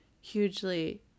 hugely